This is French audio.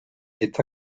est